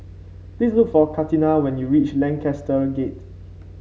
please look for Katina when you reach Lancaster Gate